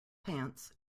pants